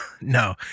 No